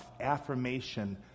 affirmation